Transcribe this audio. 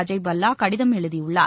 அஜய் பல்லா கடிதம் எழுதியுள்ளார்